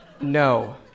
No